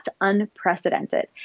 unprecedented